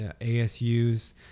ASU's